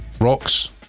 rocks